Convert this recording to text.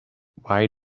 why